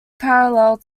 parallel